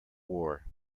war